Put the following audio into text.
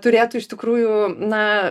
turėtų iš tikrųjų na